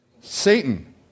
Satan